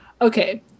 okay